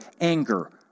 Anger